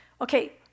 Okay